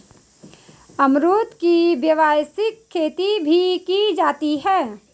अमरुद की व्यावसायिक खेती भी की जाती है